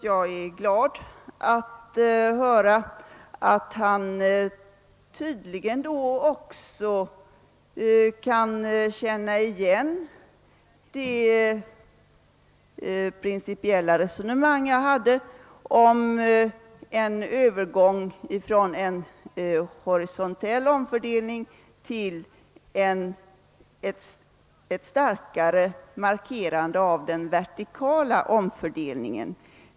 Jag är glad över att han då tydligen också kan känna igen det principiella resonemang jag förde om en övergång från horisontell omfördelning till en starkare markerad vertikal omfördelning.